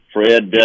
Fred